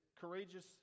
courageous